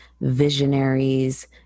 visionaries